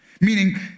Meaning